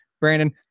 Brandon